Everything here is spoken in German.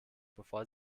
bevor